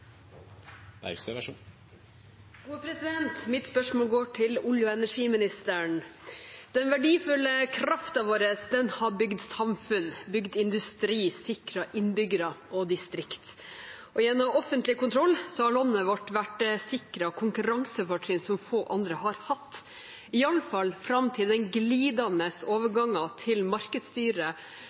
Mitt spørsmål går til olje- og energiministeren. Den verdifulle kraften vår har bygd samfunn, bygd industri og sikret innbyggere og distrikter. Gjennom offentlig kontroll har landet vårt vært sikret konkurransefortrinn som få andre har hatt, iallfall fram til den glidende overgangen til